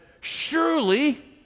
surely